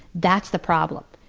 that's the problem.